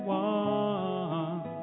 one